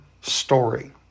story